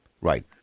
Right